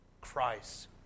Christ